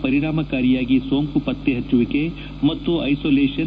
ಪರಿಣಾಮಕಾರಿಯಾಗಿ ಸೋಂಕು ಪತ್ತೆ ಪಚ್ಚುವಿಕೆ ಮತ್ತು ಐಸೋಲೇಷನ್